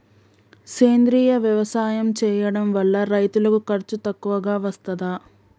సేంద్రీయ వ్యవసాయం చేయడం వల్ల రైతులకు ఖర్చు తక్కువగా వస్తదా?